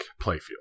playfield